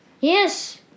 Yes